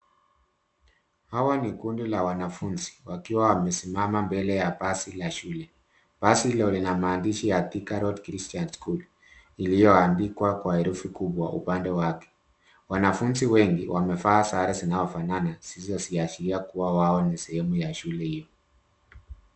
Hawa ni kundi la wanafunzi wakiwa wamesimama mbele ya basi la shule. Basi hilo lina maandishi ya Thika Road Christian School, iliyoandikwa kwa herufi kubwa upande wake. Wanafunzi wengi wamevaa sare zinaofanana zilizoashiria kuwa wao ni sehemu ya shule hii.